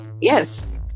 yes